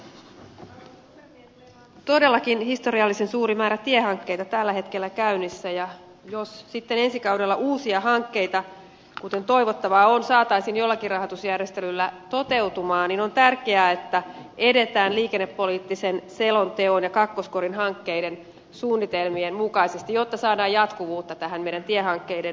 meillä on todellakin historiallisen suuri määrä tiehankkeita tällä hetkellä käynnissä ja jos sitten ensi kaudella uusia hankkeita kuten toivottavaa on saataisiin jollakin rahoitusjärjestelyllä toteutumaan niin on tärkeää että edetään liikennepoliittisen selonteon ja kakkoskorin hankkeiden suunnitelmien mukaisesti jotta saadaan jatkuvuutta tähän tiehankkeiden suunnitteluun